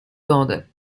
bande